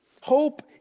Hope